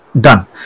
done